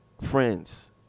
Friends